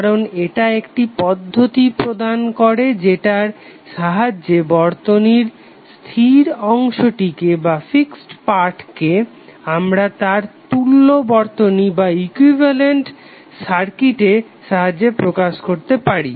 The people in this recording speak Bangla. কারণ এটা একটি পদ্ধতি প্রদান করে যেটার সাহায্যে বর্তনীর স্থির অংশটিকে আমরা তার তুল্য বর্তনীর সাহায্যে প্রকাশ করতে পারি